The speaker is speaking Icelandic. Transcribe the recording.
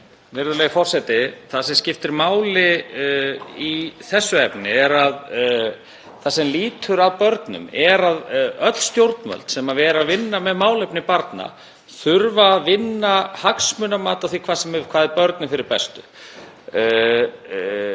Virðulegi forseti. Það sem skiptir máli í þessu efni sem lýtur að börnum er að öll stjórnvöld sem vinna með málefni barna þurfa að vinna hagsmunamat á því hvað sé börnum fyrir bestu.